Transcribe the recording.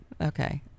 Okay